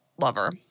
lover